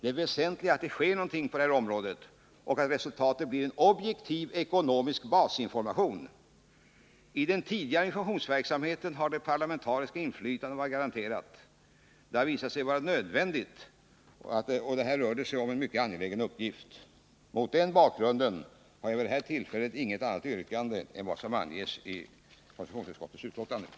Det väsentliga är att det sker någonting på detta område och att resultatet blir en objektiv ekonomisk basinformation. I den tidigare informationsverksamheten har det parlamentariska inflytandet varit garanterat. Det har visat sig vara nödvändigt, och det rör sig här om en mycket angelägen uppgift. Mot denna bakgrund har jag vid detta tillfälle inget annat yrkande än om bifall till konstitutionsutskottets hemställan.